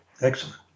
Excellent